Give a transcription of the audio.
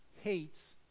hates